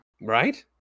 Right